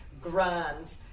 grand